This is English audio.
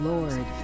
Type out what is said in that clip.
Lord